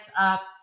up